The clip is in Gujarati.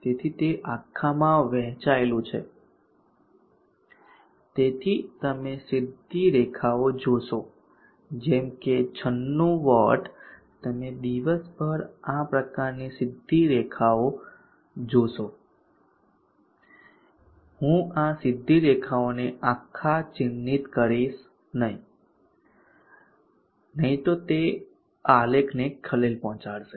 તેથી તે આખામાં વહેંચાયેલું છે તેથી તમે સીધી રેખાઓ જોશો જેમ કે 96 wat વોટ તમે દિવસભર આ પ્રકારની સીધી રેખાઓ જોશો હું આ સીધી રેખાઓને આખા ચિહ્નિત કરીશ નહીં નહીં તો તે આલેખને ખલેલ પહોંચાડશે